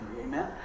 Amen